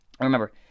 Remember